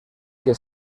que